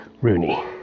Rooney